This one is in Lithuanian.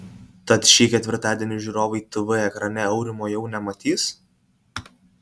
tad šį ketvirtadienį žiūrovai tv ekrane aurimo jau nematys